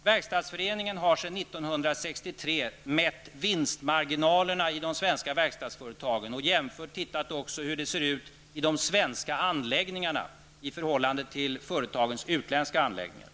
Verkstadsföreningen har sedan 1963 mätt vinstmarginalerna i de svenska verkstadsföretagen och tittat på hur det ser ut i de svenska anläggningarna i förhållande till företagens utländska anläggningarna.